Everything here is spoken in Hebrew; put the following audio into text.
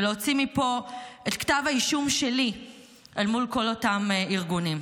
ולהוציא מפה את כתב האישום שלי אל מול כל אותם ארגונים.